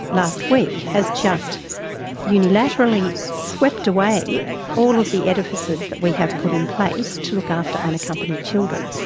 last week has just unilaterally swept away all of the edifices that we have put in place to look after unaccompanied children,